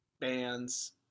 bands